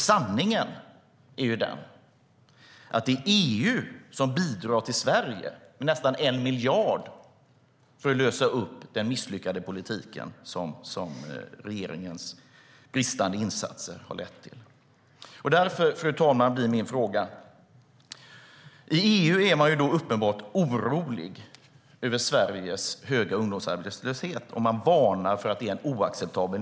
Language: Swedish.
Sanningen är ju den att det är EU som bidrar till Sverige med nästan 1 miljard för att vi ska komma till rätta med den misslyckade politik som regeringens bristande insatser har lett till. Fru talman! Inom EU är man uppenbart orolig över Sveriges höga ungdomsarbetslöshet. Man varnar för att nivån är oacceptabel.